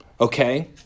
Okay